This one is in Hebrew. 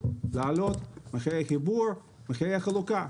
לעלות אחרי החיבור את מחירי החלוקה.